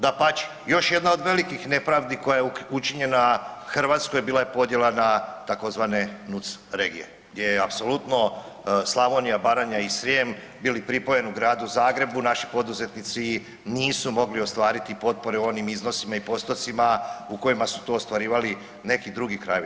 Dapače, još jedna od velikih nepravdi koja je učinjena Hrvatskoj bila je podjela na tzv. nus-regije gdje je apsolutno Slavonija, Baranja i Srijem bili pripojeni gradu Zagrebu, naši poduzetnici nisu mogli ostvariti potpore u onim iznosima i postotcima u kojima su to ostvarivali neki drugi krajevi.